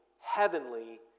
heavenly